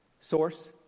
source